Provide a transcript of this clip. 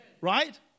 Right